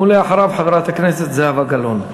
ואחריו, חברת הכנסת זהבה גלאון.